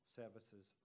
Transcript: services